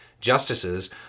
justices